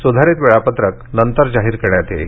सुधारित वेळापत्रक नंतर जाहीर करण्यात येईल